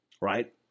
right